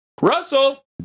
Russell